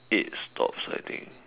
eight stops I think